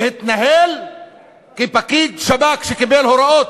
שהתנהל כפקיד שב"כ שקיבל הוראות,